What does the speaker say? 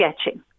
sketching